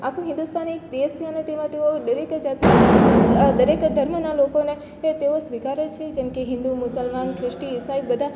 આખું હિન્દુસ્તાન એક દેશ છે અને તેમાં તેઓ દરેક દરેક ધર્મના લોકોને એ તેઓ સ્વીકારે છે જેમકે હિન્દુ મુસલમાન ખ્રિસ્તી ઈસાઈ બધા